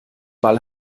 ball